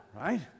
right